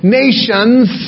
nations